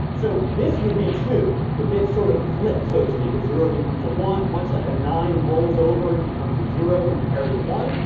so this would be two. the bit sort of flips, so to speak, as zero becomes a one, much like a nine roles over and becomes a zero when you carry the one.